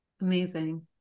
amazing